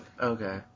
Okay